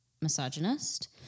misogynist